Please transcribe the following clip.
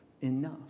enough